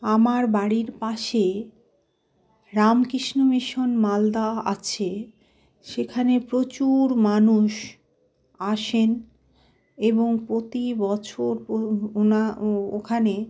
আমার বাড়ির পাশে রামকৃষ্ণ মিশন মালদা আছে সেখানে প্রচুর মানুষ আসেন এবং প্রতি বছর ওনা ওখানে